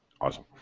Awesome